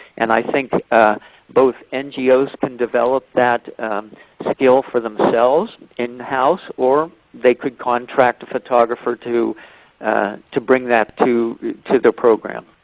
and i think both ngos can develop that skill for themselves in-house, or they could contract a photographer to to bring that to to their program.